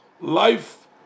life